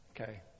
Okay